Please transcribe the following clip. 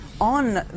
on